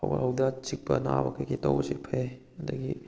ꯍꯧꯒꯠ ꯍꯧꯗ ꯆꯤꯛꯄ ꯅꯥꯕ ꯀꯩꯀꯩ ꯇꯧꯕꯁꯤ ꯐꯩ ꯑꯗꯨꯗꯒꯤ